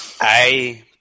I